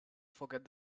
forget